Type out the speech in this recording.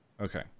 Okay